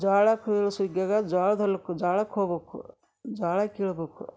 ಜ್ವಾಳ ಕೀಳು ಸುಗ್ಯೋಗ ಜ್ವಾಳದ ಹೊಲ್ಕ ಜ್ವಾಳಕ್ಕೆ ಹೋಗ್ಬಕು ಜ್ವಾಳ ಕೀಳಬೇಕು